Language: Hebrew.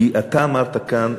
כי אתה אמרת כאן,